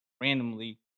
randomly